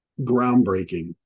groundbreaking